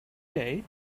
day